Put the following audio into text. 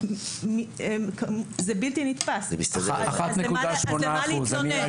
זה בלתי נתפס, אז למה להתלונן?